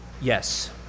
Yes